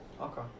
Okay